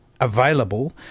available